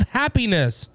happiness